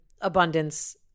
abundance